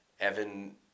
Evan